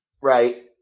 Right